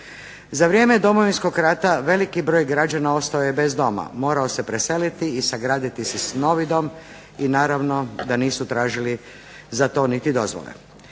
Za vrijeme Domovinskog rata veliki broj građana ostao je bez doma, morao se preseliti i sagraditi si novi dom i naravno da za to nisu tražili dozvole.